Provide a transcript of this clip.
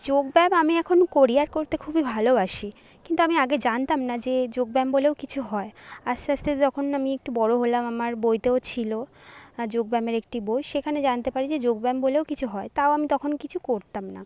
যোগ ব্যায়াম আমি এখন করি আর করতে খুবই ভালোবাসি কিন্তু আমি আগে জানতাম না যে যোগ ব্যায়াম বলেও কিছু হয় আস্তে আস্তে যখন আমি একটু বড়ো হলাম আমার বইতেও ছিলো যোগ ব্যায়ামের একটি বই সেখানে জানতে পারি যে যোগ ব্যায়াম বলেও কিছু হয় তাও আমি তখন কিছু করতাম না